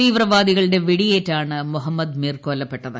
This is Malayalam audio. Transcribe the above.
തീവ്രവാദികളുടെ വെടിയേറ്റാണ് മൊഹമ്മദ് മിർ കൊല്ലപ്പെട്ടത്